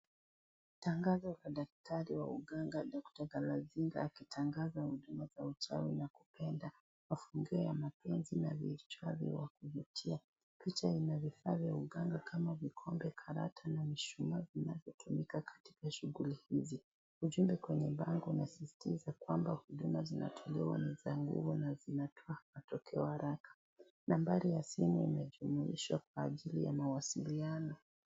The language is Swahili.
Tangazo la daktari wa uganga Dr. Galazinga akitangaza huduma za uchawi na kupenda, mafungio ya mapenzi na vya vichwa vya kuvutia. Picha ina vifaa vya uganga kama vikombe, karata na mishuma vinavyotumika katika shughuli hizi. Ujumbe kwenye bango unasisitiza kwamba huduma zinazotolewa ni za nguvu na zinatoa matokea haraka. Nambari ya simu imejumuishwa kwa ajili ya mawasiliano.